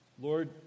Lord